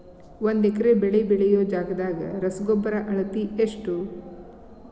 ಒಂದ್ ಎಕರೆ ಬೆಳೆ ಬೆಳಿಯೋ ಜಗದಾಗ ರಸಗೊಬ್ಬರದ ಅಳತಿ ಎಷ್ಟು?